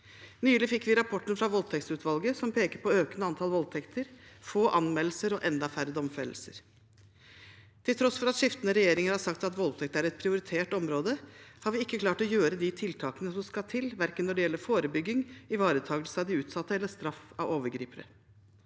Nylig fikk vi rapporten fra voldtektsutvalget, som peker på økende antall voldtekter, få anmeldelser og enda færre domfellelser. Til tross for at skiftende re gjeringer har sagt at voldtekt er et prioritert område, har vi ikke klart å gjøre de tiltakene som skal til, verken når det gjelder forebygging, ivaretakelse av de utsatte eller straff av overgripere.